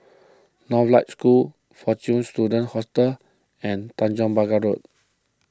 Northlight School fortune Students Hostel and Tanjong Pagar Road